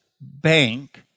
bank